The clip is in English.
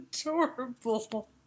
adorable